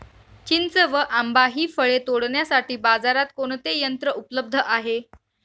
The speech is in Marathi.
चिंच व आंबा हि फळे तोडण्यासाठी बाजारात कोणते यंत्र उपलब्ध आहे?